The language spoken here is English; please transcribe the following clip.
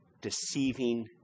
deceiving